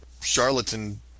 charlatan